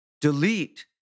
delete